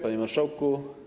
Panie Marszałku!